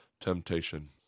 temptation